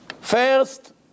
First